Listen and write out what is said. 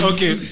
Okay